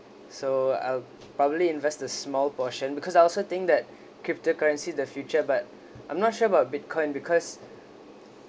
so I'll probably invest the small portion because I also think that crypto currency the future but I'm not sure about bitcoin because